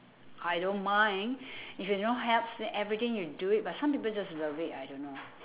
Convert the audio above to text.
I don't mind if you no helps then everything you do it but some people just love it I don't know